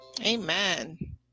Amen